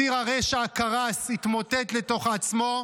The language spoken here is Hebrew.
ציר הרשע קרס, התמוטט לתוך עצמו,